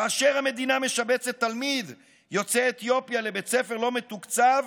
כאשר המדינה משבצת תלמיד יוצא אתיופיה לבית ספר לא מתוקצב,